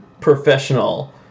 professional